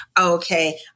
Okay